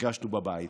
שהרגשנו בבית.